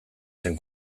zen